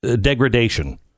degradation